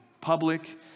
public